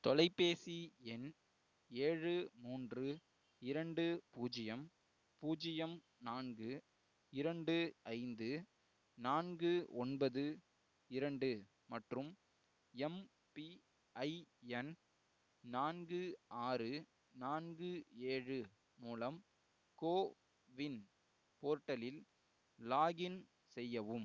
தொலைபேசி எண் ஏழு மூன்று இரண்டு பூஜ்ஜியம் பூஜ்ஜியம் நான்கு இரண்டு ஐந்து நான்கு ஒன்பது இரண்டு மற்றும் எம்பிஐஎன் நான்கு ஆறு நான்கு ஏழு மூலம் கோவின் போர்ட்டலில் லாக்இன் செய்யவும்